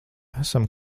esam